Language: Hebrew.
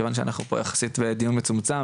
מכיוון שאנחנו פה יחסית בדיון מצומצמת,